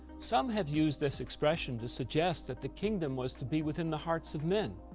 some have used this expression to suggest that the kingdom was to be within the hearts of men,